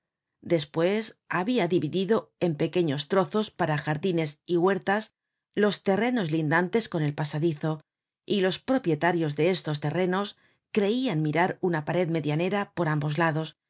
despues habia dividido en pequeños trozos para jardines y huertas los terrenos lindantes con el pasadizo y los propietarios de estos terrenos creian mirar una pared medianera por ambos lados